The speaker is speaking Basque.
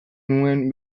nuen